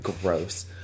Gross